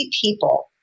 people